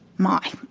my,